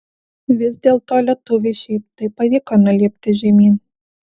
vis dėlto lietuviui šiaip taip pavyko nulipti žemyn